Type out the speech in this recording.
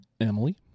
Emily